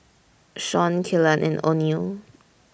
Shawn Kelan and Oneal